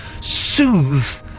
soothe